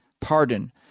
pardon